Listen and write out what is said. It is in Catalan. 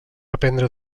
aprendre